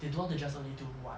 they don't want to just only do one